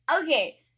Okay